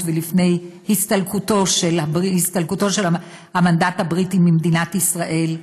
ולפני הסתלקותו של המנדט הבריטי ממדינת ישראל,